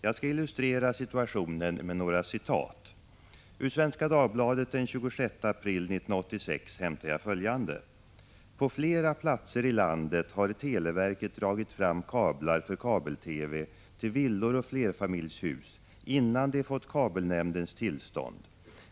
Jag skall illustrera situationen med några citat. Ur Svenska Dagbladet den 26 april 1986 hämtar jag följande: ”På flera platser i landet har televerket dragit fram kablar för kabel-TV till villor och flerfamiljshus innan de fått kabelnämndens tillstånd.